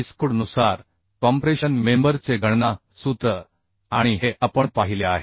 IS कोडनुसार compression member चे गणना सूत्र आणि हे आपण पाहिले आहे